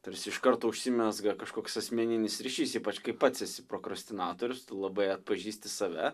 tarsi iš karto užsimezga kažkoks asmeninis ryšys ypač kai pats esi prokrastinatorius labai atpažįsti save